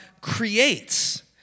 creates